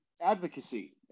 advocacy